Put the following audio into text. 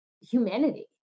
humanity